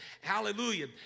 Hallelujah